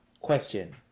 Question